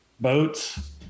boats